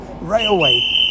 railway